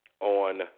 on